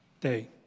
day